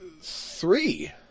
Three